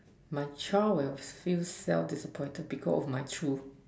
my child will feel self disappointed because of my truth